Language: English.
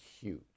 huge